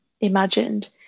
imagined